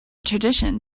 tradition